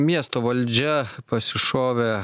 miesto valdžia pasišovė